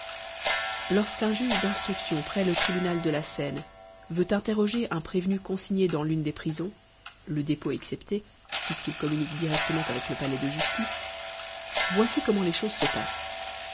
lorsqu'un juge d'instruction près le tribunal de la seine vent interroger un prévenu consigné dans l'une des prisons le dépôt excepté puisqu'il communique directement avec le palais de justice voici comment les choses se passent